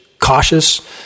cautious